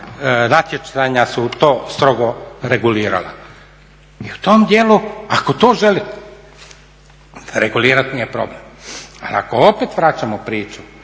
natjecanja su to strogo regulirala. Ako to želite regulirati nije problem, ali ako opet vraćamo priču